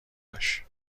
داشت